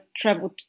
traveled